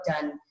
done